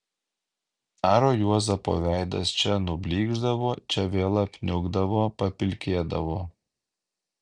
aro juozapo veidas čia nublykšdavo čia vėl apniukdavo papilkėdavo